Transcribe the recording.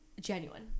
genuine